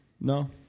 No